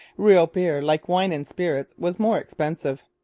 real beer, like wine and spirits, was more expensive.